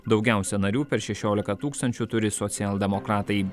daugiausia narių per šešiolika tūkstančių turi socialdemokratai